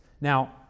Now